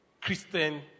Christian